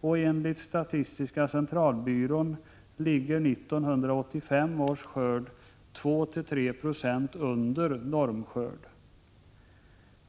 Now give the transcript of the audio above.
och enligt statistiska centralbyrån ligger 1985 års skörd 2-3 26 under normskörd.